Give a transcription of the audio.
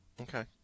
Okay